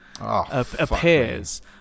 appears